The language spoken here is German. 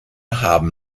haben